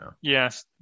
yes